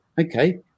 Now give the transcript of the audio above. okay